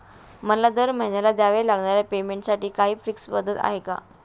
मला दरमहिन्याला द्यावे लागणाऱ्या पेमेंटसाठी काही फिक्स पद्धत आहे का?